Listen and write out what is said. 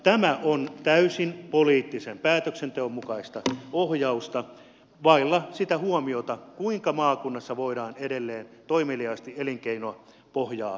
tämä on täysin poliittisen päätöksenteon mukaista ohjausta vailla sitä huomiota kuinka maakunnassa voidaan edelleen toimeliaasti elinkeinopohjaa rikastuttaa